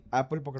apple